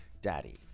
daddy